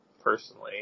personally